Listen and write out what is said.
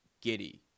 giddy